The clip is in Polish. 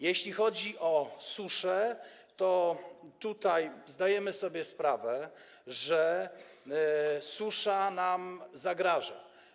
Jeśli chodzi o suszę, to zdajemy sobie sprawę, że susza nam zagraża.